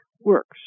works